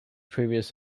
previous